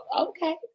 Okay